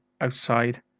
outside